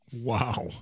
Wow